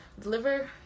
deliver